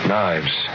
Knives